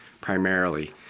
primarily